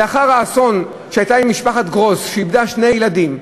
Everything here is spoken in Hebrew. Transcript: לאחר האסון שהיה למשפחת גרוס שאיבדה שני ילדים,